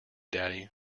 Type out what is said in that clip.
daddy